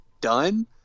done